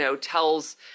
tells